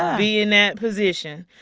be in that position.